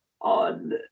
on